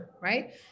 right